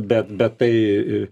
bet bet tai